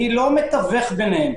אני לא מתווך ביניהם.